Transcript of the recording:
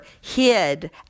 hid